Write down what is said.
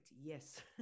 Yes